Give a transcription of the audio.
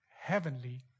heavenly